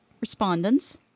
respondents